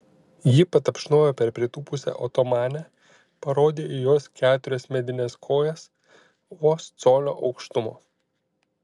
ji patapšnojo per pritūpusią otomanę parodė į jos keturias medines kojas vos colio aukštumo